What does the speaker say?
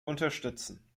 unterstützen